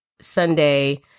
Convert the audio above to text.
Sunday